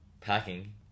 packing